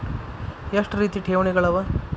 ಎಷ್ಟ ರೇತಿ ಠೇವಣಿಗಳ ಅವ?